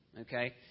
okay